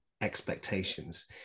expectations